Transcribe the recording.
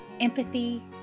empathy